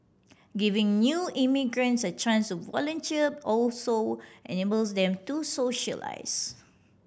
giving new immigrants a chance volunteer also enables them to socialise